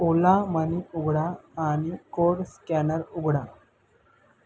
ओला money उघडा आणि code scanner उघडा